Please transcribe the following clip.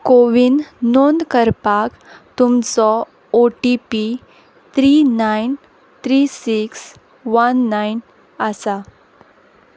कोवीन नोंद करपाक तुमचो O T P three nine three six one nine आसा